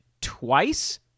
twice